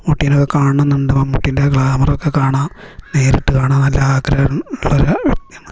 മമ്മൂട്ടിനേക്കേ കാണുന്നുണ്ട് മമ്മൂട്ടിൻ്റെ ഗ്ലാമറൊക്കെ കാണാൻ നേരിട്ട് കാണാൻ നല്ല ആഗ്രഹം ഉള്ള ഒരാളാണ്